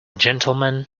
gentleman